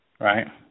right